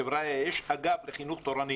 חבריא, יש אגף לחינוך תורני